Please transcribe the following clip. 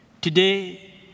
Today